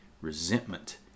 resentment